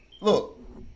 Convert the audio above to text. look